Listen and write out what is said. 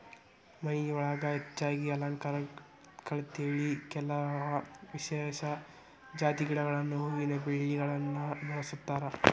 ಮನಿಯೊಳಗ ಹೆಚ್ಚಾಗಿ ಅಲಂಕಾರಕ್ಕಂತೇಳಿ ಕೆಲವ ವಿಶೇಷ ಜಾತಿ ಗಿಡಗಳನ್ನ ಹೂವಿನ ಬಳ್ಳಿಗಳನ್ನ ಬೆಳಸ್ತಾರ